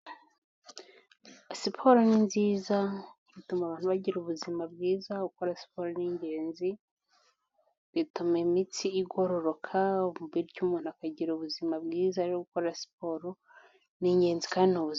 Siporo ni nziza .Ituma abantu bagira ubuzima bwiza, gukora siporo n'ingenzi, ituma imitsi igororoka bityo umuntu akagira ubuzima bwiza .Rero gukora siporo ni ingenzi kandi ni ubuzima.